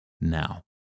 now